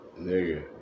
Nigga